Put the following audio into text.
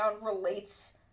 relates